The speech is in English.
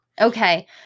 Okay